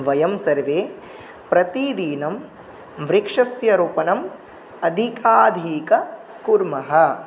वयं सर्वे प्रतिदिनं वृक्षस्य रोपणम् अधिकाधिकं कुर्मः